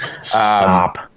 Stop